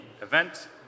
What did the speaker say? event